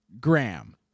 gram